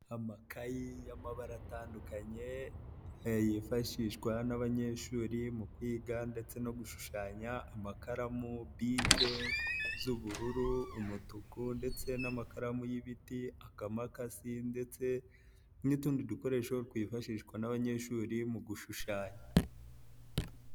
Amakayi y'amabara atandukanye, yifashishwa n'abanyeshuri mu kwiga ndetse no gushushanya, amakaramu bike z'ubururu, umutuku ndetse n'amakaramu y'ibiti, akamakasi ndetse n'utundi dukoresho twifashishwa n'abanyeshuri mu gushushanya.